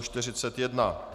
41.